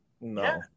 No